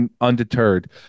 undeterred